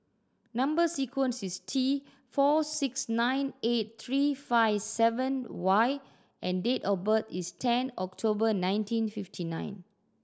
number sequence is T four six nine eight three five seven Y and date of birth is ten October nineteen fifty nine